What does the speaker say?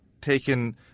taken